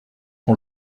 son